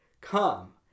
Come